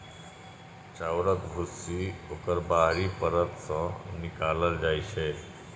चाउरक भूसी ओकर बाहरी परत सं निकालल जाइ छै